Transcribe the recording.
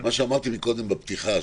מה שאמרתי מקודם בפתיחה,